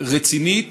הרצינית,